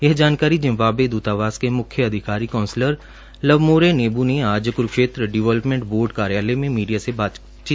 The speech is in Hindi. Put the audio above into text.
यह जानकारी जिम्बावे दृतावास के मुख्य अधिकारी काउंसलर लवमोरे नेबू ने आज कुरूक्षेत्र डिवलेपमैंट बोर्ड कार्यालय में मीडिया से बातचीत करते हुए दी